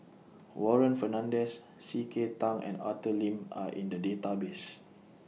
Warren Fernandez C K Tang and Arthur Lim Are in The Database